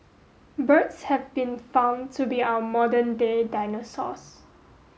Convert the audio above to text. birds have been found to be our modern day dinosaurs